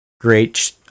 Great